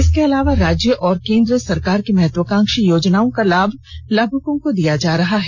इसके अलावा राज्य और केन्द्र सरकार के महत्वाकांक्षी योजनाओं का लाभ लाभुकों को दिया जा रहा है